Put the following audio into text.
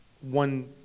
one